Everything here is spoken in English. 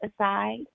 aside